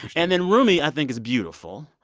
and then rumi i think is beautiful.